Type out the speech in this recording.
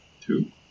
Two